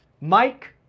Mike